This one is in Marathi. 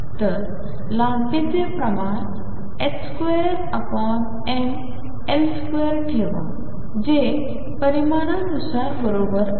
तर लांबीचे प्रमाण 2mL2 ठेवा जे परिमाणानुसार बरोबर आहे